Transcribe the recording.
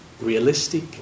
realistic